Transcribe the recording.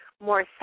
more